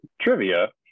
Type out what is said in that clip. trivia